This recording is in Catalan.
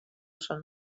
són